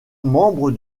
membre